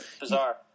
Bizarre